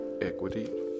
equity